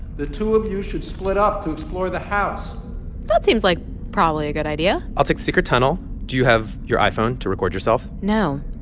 the two of you should split up to explore the house that seems like probably a good idea i'll take secret tunnel. do you have your iphone to record yourself? no.